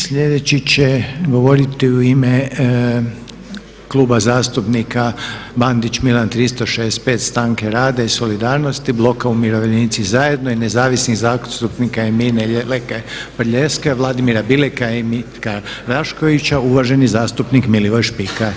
Sljedeći će govoriti u ime Kluba zastupnika Bandić Milan 365, Stranke rada i solidarnosti, Bloka umirovljenici zajedno i nezavisnih zastupnika Ermine Lekaj Prljaskaj, Vladimira Bileka i Mirka Raškovića, uvaženi zastupnik Milivoj Špika.